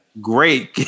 Great